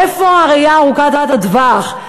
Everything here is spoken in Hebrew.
איפה הראייה ארוכת הטווח?